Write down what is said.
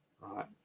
right